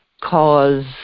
cause